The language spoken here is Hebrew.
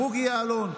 בוגי יעלון,